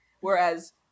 Whereas